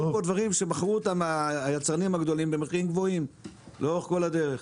יש פה דברים שמכרו אותם היצרנים הגדולים במחירים גבוהים לאורך כל הדרך.